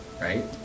right